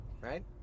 right